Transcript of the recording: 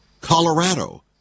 Colorado